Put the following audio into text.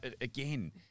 again